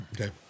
Okay